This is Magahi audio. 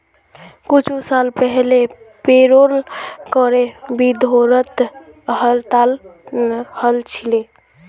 कुछू साल पहले पेरोल करे विरोधत हड़ताल हल छिले